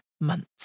months